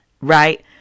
Right